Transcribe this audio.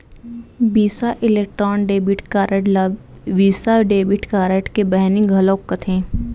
बिसा electron debit card ल visa debit card के बहिनी घलौक कथें